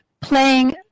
playing